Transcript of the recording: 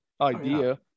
idea